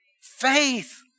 faith